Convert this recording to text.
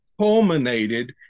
culminated